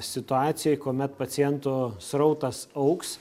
situacijai kuomet pacientų srautas augs